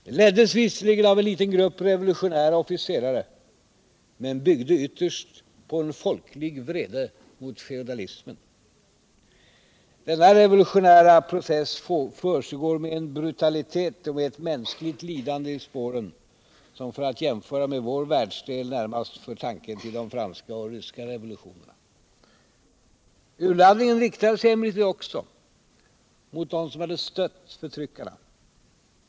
Det leddes visserligen av en liten grupp revolutionära officerare, men byggde ytterst på en folklig vrede mot feodalismen. Denna revolutionära process försiggår med en brutalitet och med ett mänskligt lidande i spåren som, för att jämföra med vår världsdel, närmast för tanken till de franska och ryska revolutionerna. Urladdningen riktade sig emellertid också mot dem som hade stött förtryckarna.